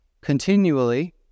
continually